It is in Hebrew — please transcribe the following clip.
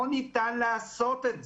לא ניתן לעשות את זה.